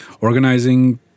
organizing